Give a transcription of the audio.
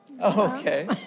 Okay